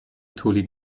تولید